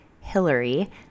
Hillary